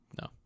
no